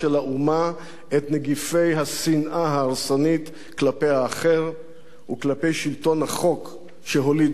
את נגיפי השנאה ההרסנית כלפי האחר וכלפי שלטון החוק שהולידו את הרצח.